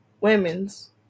women's